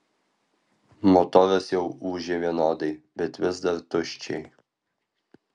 motoras jau ūžė vienodai bet vis dar tuščiai